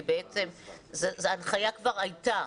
כי בעצם ההנחיה כבר הייתה.